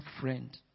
friend